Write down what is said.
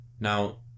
Now